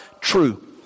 true